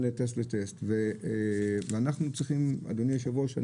טסט לטסט ואנחנו צריכים אדוני היושב ראש,